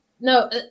No